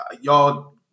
y'all